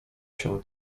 się